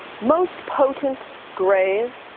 most potent, grave,